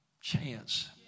chance